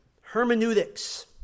hermeneutics